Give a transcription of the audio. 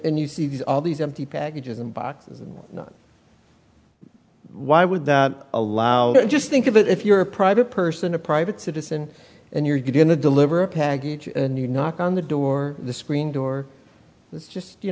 and you see these all these empty packages and boxes why would that allow i just think of it if you're a private person a private citizen and you're going to deliver a package and you knock on the door the screen door is just you